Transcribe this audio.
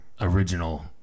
original